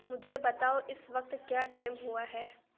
مجھے بتاؤ اس وقت کیا ٹائم ہوا ہے